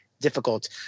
difficult